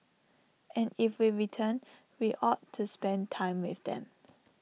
and if we return we ought to spend time with them